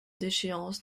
déchéance